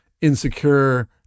insecure